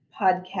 podcast